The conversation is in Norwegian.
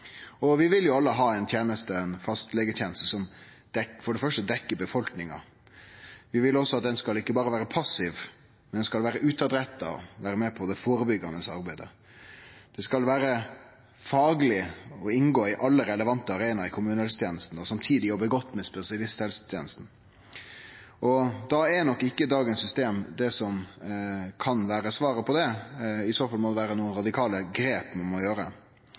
no. Vi vil alle ha ei fastlegeteneste som for det første dekkjer befolkninga. Vi vil at ho ikkje berre skal vere passiv, men at ho også skal vere retta utover og med på det førebyggande arbeidet. Tenesta skal vere fagleg og inngå i alle relevante arenaer i kommunehelsetenesta og samtidig jobbe godt saman med spesialisthelsetenesta. Da er nok ikkje dagens system det som kan vere svaret på det – i så fall må ein gjere radikale grep.